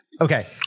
Okay